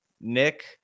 Nick